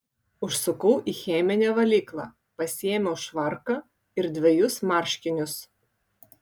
užsukau į cheminę valyklą pasiėmiau švarką ir dvejus marškinius